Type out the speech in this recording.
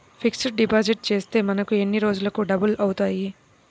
Fixed deposit చేస్తే మనకు ఎన్ని రోజులకు డబల్ అవుతాయి?